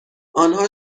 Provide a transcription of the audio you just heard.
آنها